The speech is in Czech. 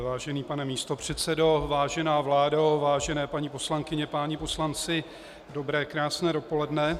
Vážený pane místopředsedo, vážená vládo, vážené paní poslankyně, páni poslanci, dobré krásné dopoledne.